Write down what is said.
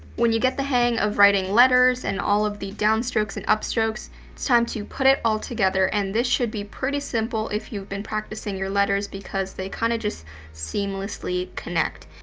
when you get the hang of writing letters and all of the downstrokes and upstrokes, it's time to put it all together and this should be pretty simple if you've been practicing your letters because they kinda just seamlessly connect.